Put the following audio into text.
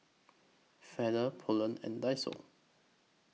Feather Poulet and Daiso